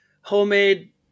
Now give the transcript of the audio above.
homemade